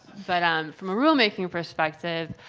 but um from a rulemaking perspective,